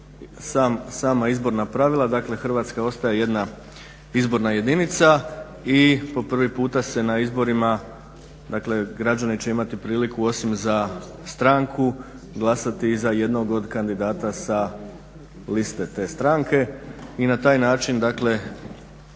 sama izborna pravila. Dakle, Hrvatska ostaje jedna izborna jedinica i po prvi puta se na izborima, dakle građani će imati priliku osim za stranku glasat i za jednog od kandidata sa liste te stranke i na taj način, dakle